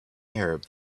arab